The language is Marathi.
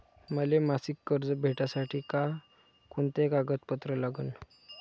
मले मासिक कर्ज भेटासाठी का कुंते कागदपत्र लागन?